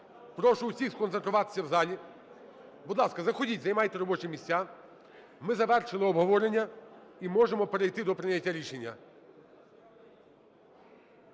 прошу всіх сконцентруватися в залі. Будь ласка, заходьте, займайте робочі місця. Ми завершили обговорення і можемо перейти до прийняття рішення.